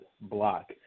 block